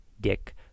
Dick